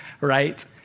right